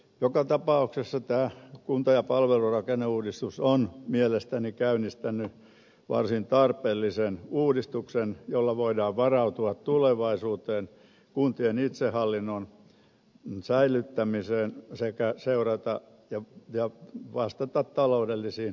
joka tapauksessa tämä kunta ja palvelurakenneuudistus on mielestäni käynnistänyt varsin tarpeellisen uudistuksen jolla voidaan varautua tulevaisuuteen ja kuntien itsehallinnon säilyttämiseen sekä seurata taloudellisia haasteita ja vastata niihin